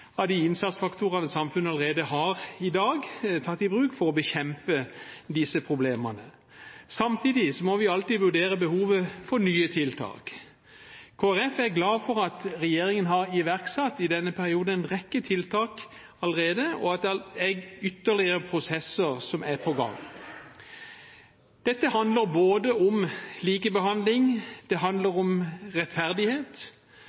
av de innsatsfaktorene samfunnet allerede har tatt i bruk i dag for å bekjempe problemene. Samtidig må vi alltid vurdere behovet for nye tiltak. Kristelig Folkeparti er glad for at regjeringen i denne perioden har iverksatt en rekke tiltak allerede, og at ytterligere prosesser er på gang. Dette handler både om likebehandling